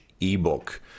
ebook